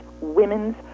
women's